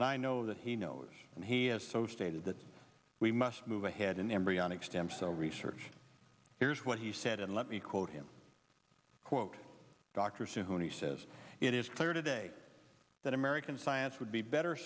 and i know that he knows and he has so stated that we must move ahead in embryonic stem cell research here's what he said and let me quote him quote dr sunni says it is clear today that american science would be better